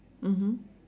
mmhmm